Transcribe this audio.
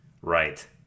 Right